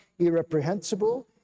irreprehensible